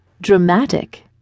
Dramatic